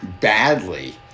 badly